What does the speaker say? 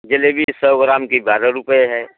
जलेबी सौ ग्राम की बारह रुपए है